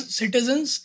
citizens